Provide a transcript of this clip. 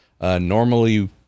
Normally